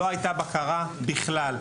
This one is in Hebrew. לא הייתה בקרה בכלל,